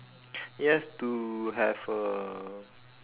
it has to have a